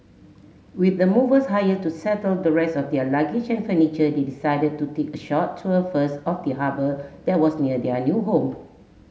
with the movers hired to settle the rest of their luggage and furniture they decided to take a short tour first of the harbour that was near their new home